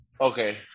Okay